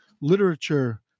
literature